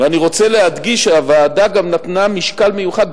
ואני רוצה להדגיש שהוועדה גם נתנה משקל מיוחד,